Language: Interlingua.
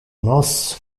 nos